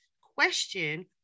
question